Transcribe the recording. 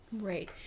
Right